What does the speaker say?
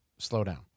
slowdown